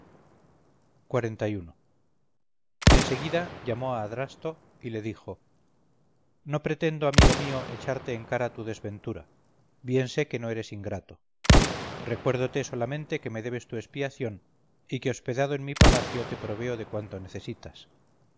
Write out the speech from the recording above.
a caza en seguida llamó a adrasto y le dijo no pretendo amigo mío echarte en cara tu desventura bien sé que no eres ingrato recuérdote solamente que me debes tu expiación y que hospedado en mi palacio te proveo de cuanto necesitas